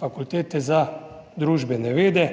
Fakultete za družbene vede,